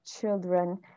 children